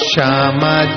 Shama